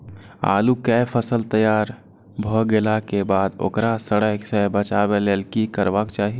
आलू केय फसल तैयार भ गेला के बाद ओकरा सड़य सं बचावय लेल की करबाक चाहि?